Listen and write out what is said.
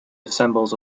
assembles